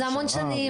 זה המון שנים,